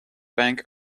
bank